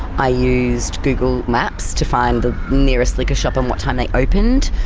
i used google maps to find the nearest liquor shop and what time they opened.